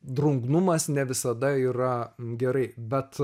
drungnumas ne visada yra gerai bet